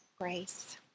grace